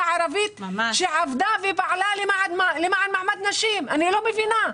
הערבית שעבדה למען נשים בחברה הערבית,